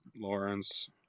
Lawrence